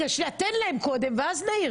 תן להם קודם ונעיר.